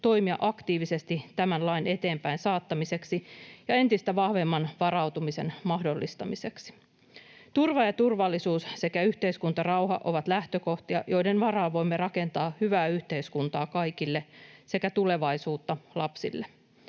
toimia aktiivisesti tämän lain eteenpäinsaattamiseksi ja entistä vahvemman varautumisen mahdollistamiseksi. Turva ja turvallisuus sekä yhteiskuntarauha ovat lähtökohtia, joiden varaan voimme rakentaa hyvää yhteiskuntaa kaikille sekä tulevaisuutta lapsille.